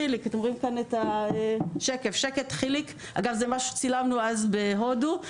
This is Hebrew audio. כאן אתם רואים את המדבקה "שקט חיליק!" שצילמנו אז בהודו.